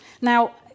Now